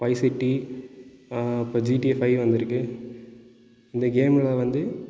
wise City ஆ இப்போ GTA five வந்துருக்குது இந்த கேமில் வந்து